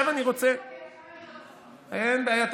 אין בעיה.